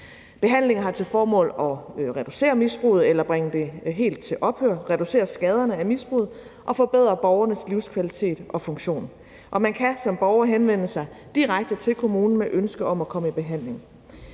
Behandlingen har til formål at reducere misbruget eller bringe det helt til ophør, reducere skaderne af misbruget og forbedre borgernes livskvalitet og funktion. Man kan som borger henvende sig direkte til kommunen med ønske om at komme i behandling.